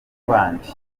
bandi